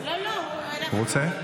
הוא רוצה?